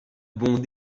bons